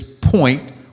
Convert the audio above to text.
point